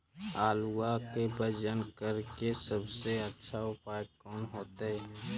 आलुआ के वजन करेके सबसे अच्छा उपाय कौन होतई?